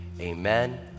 Amen